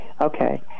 Okay